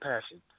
passion